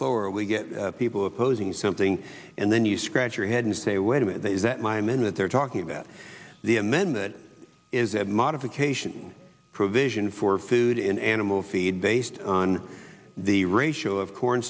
floor we get people opposing something and then you scratch your head and say wait a minute that my minute they're talking about the amend that is a modification provision for food in animal feed based on the ratio of corn